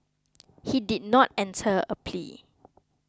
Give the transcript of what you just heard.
he did not enter a plea